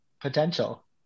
potential